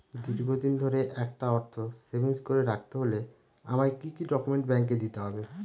দীর্ঘদিন ধরে একটা অর্থ সেভিংস করে রাখতে হলে আমায় কি কি ডক্যুমেন্ট ব্যাংকে দিতে হবে?